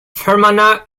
fermanagh